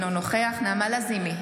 אינו נוכח נעמה לזימי,